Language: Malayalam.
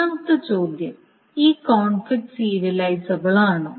ഒന്നാമത്തെ ചോദ്യം ഈ കോൺഫ്ലിക്റ്റ് സീരിയലൈസബിളാണോ